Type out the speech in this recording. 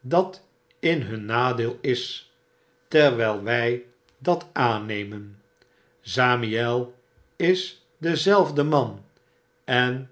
dat in hun nadeel is terwglwy dat aannemen zamiei isdezelfdeman en